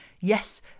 yes